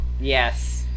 Yes